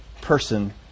person